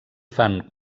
fan